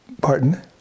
Pardon